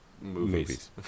movies